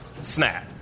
snap